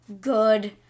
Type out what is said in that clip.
good